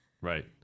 Right